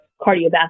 cardiovascular